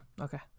Okay